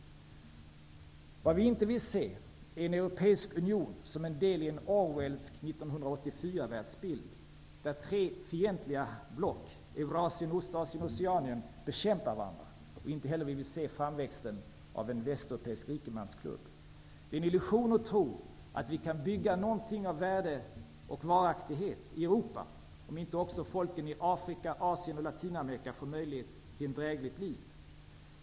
Vad jag inte vill se är en europeisk union som en del i en Orwellsk 1984-världsbild, där tre fientliga block -- Eurasien, Ostasien och Oceanien -- bekämpar varandra. Inte heller vill jag se framväxten av en västeuropeisk rikemansklubb. Det är en illusion att tro att vi kan bygga någonting av värde och varaktighet i Europa om inte också folken i Afrika, Asien och Latinamerika får möjligheter till ett drägligt liv.